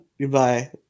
Goodbye